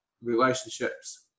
relationships